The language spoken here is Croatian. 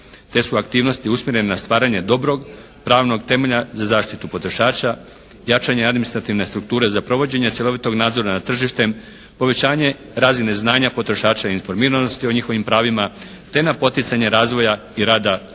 Te su aktivnosti usmjerene na stvaranje dobrog pravnog temelja za zaštitu potrošača, jačanje administrativne strukture za provođenje cjelovitog nadzora nad tržištem, povećanje razine znanja potrošača i informiranosti o njihovim pravima te na poticanje razvoja i rada udruga